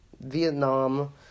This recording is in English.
Vietnam